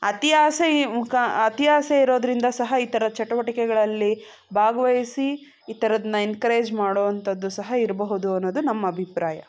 ಅತಿಯಾಸೆ ಅತಿಯಾಸೆ ಇರೋದ್ರಿಂದ ಸಹ ಈ ಥರದ್ದು ಚಟುವಟಿಕೆಗಳಲ್ಲಿ ಭಾಗವಹಿಸಿ ಈ ಥರದ್ನ ಎನ್ಕರೇಜ್ ಮಾಡೋವಂಥದ್ದು ಸಹ ಇರಬಹುದು ಅನ್ನೋದು ನಮ್ಮ ಅಭಿಪ್ರಾಯ